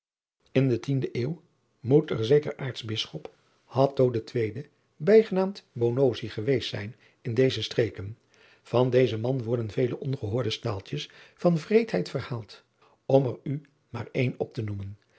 n de tiende euw moet er zeker artsbischop de tweede bijgenaamd geweest zijn in deze streken an dezen man worden vele ongehoorde staaltjes van wreedheid verhaald m er u maar een op te noemen